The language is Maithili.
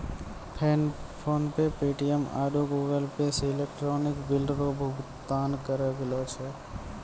फोनपे पे.टी.एम आरु गूगलपे से इलेक्ट्रॉनिक बिल रो भुगतान करलो जाय छै